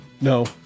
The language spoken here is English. No